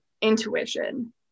intuition